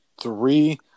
three